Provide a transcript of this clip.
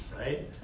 right